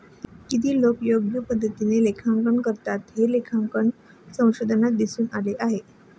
किती लोकं योग्य पद्धतीने लेखांकन करतात, हे लेखांकन संशोधनात दिसून आलं होतं